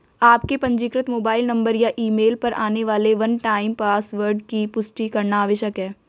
आपके पंजीकृत mobile number या ईमेल पर आने वाले वन टाइम पासवर्ड की पुष्टि करना आवश्यक है